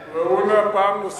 הערה, לא נאום.